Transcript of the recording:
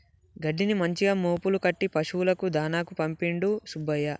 గడ్డిని మంచిగా మోపులు కట్టి పశువులకు దాణాకు పంపిండు సుబ్బయ్య